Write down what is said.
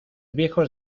viejos